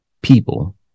people